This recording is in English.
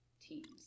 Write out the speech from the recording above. teams